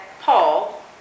Paul